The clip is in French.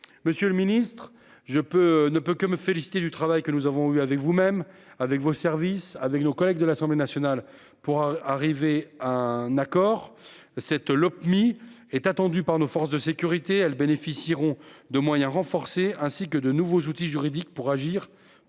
Monsieur le Ministre, je peux ne peut que me féliciter du travail que nous avons eue avec vous-même avec vos services avec nos collègues de l'Assemblée nationale pour arriver à un accord. Cette Lopmi est attendu par nos forces de sécurité. Elles bénéficieront de moyens renforcés, ainsi que de nouveaux outils juridiques pour agir